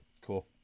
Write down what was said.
Cool